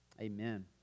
amen